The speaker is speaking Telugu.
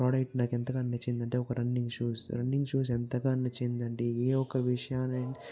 ప్రాడక్ట్ నాకెంతగా నచ్చిందంటే ఒక రన్నింగ్ షూస్ రన్నింగ్ షూస్ ఎంతగా నచ్చిందంటే ఏ ఒక్క విషయాన్ని